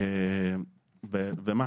אגיד